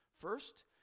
First